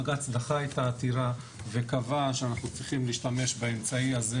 בג"צ דחה את העתירה וקבע שאנחנו צריכים להשתמש באמצעי הזה,